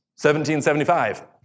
1775